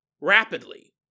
rapidly